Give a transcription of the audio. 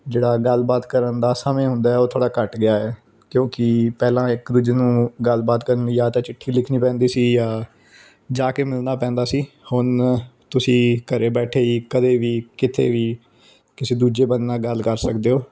ਜਿਹੜਾ ਗੱਲਬਾਤ ਕਰਨ ਦਾ ਸਮੇਂ ਹੁੰਦਾ ਹੈ ਉਹ ਥੋੜ੍ਹਾ ਘੱਟ ਗਿਆ ਹੈ ਕਿਉਂਕਿ ਪਹਿਲਾਂ ਇੱਕ ਦੂਜੇ ਨੂੰ ਗੱਲਬਾਤ ਕਰਨ ਲਈ ਜਾਂ ਤਾਂ ਚਿੱਠੀ ਲਿਖਣੀ ਪੈਂਦੀ ਸੀ ਜਾਂ ਜਾ ਕੇ ਮਿਲਣਾ ਪੈਂਦਾ ਸੀ ਹੁਣ ਤੁਸੀਂ ਘਰ ਬੈਠੇ ਹੀ ਕਦੇ ਵੀ ਕਿਤੇ ਵੀ ਕਿਸੇ ਦੂਜੇ ਬੰਦੇ ਨਾਲ ਗੱਲ ਕਰ ਸਕਦੇ ਹੋ